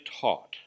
taught